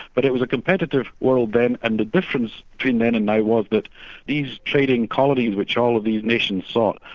but it was a competitive world then, and the difference between then and now was that these trading colonies which all of these nations sought,